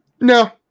No